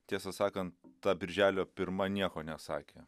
tiesą sakant ta birželio pirma nieko nesakė